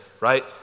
right